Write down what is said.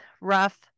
rough